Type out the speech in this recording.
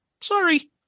Sorry